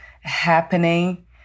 happening